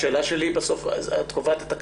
בסוף את קובעת את הכלל,